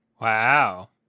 Wow